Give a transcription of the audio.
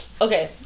Okay